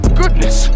goodness